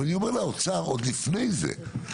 ואני אומר לאוצר עוד לפני זה,